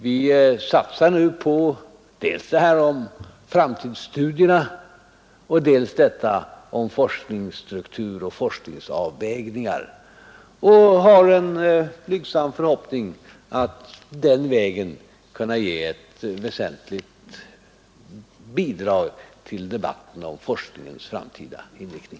Vi satsar nu dels på framtidsstudierna, dels på forskningsstruktur och forskningsavvägningar och hyser en blygsam förhoppning om att den vägen kunna ge ett väsentligt bidrag till debatten om forskningens framtida inriktning.